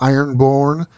Ironborn